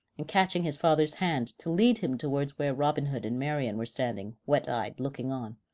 and catching his father's hand to lead him towards where robin hood and marian were standing, wet-eyed, looking on.